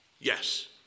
Yes